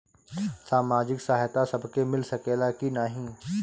सामाजिक सहायता सबके मिल सकेला की नाहीं?